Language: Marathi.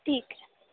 ठीक आहे